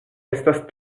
estas